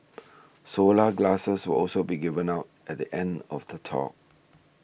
solar glasses will also be given out at the end of the talk